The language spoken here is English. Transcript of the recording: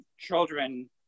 children